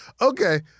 okay